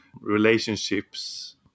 relationships